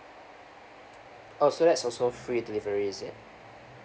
oh so that's also free delivery is it